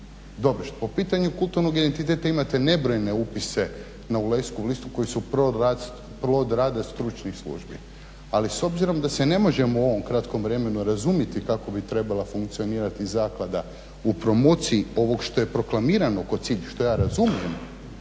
govorim. Po pitanju kulturnog identiteta imate nebrojene upise na UNESCO-vu listu koji su plod rada stručnih službi, ali s obzirom da se ne možemo u ovom kratkom vremenu razumjeti kako bi trebala funkcionirati zaklada u promociji ovog što je proklamirano kao cilj, što ja razumijem,